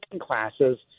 classes